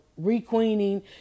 requeening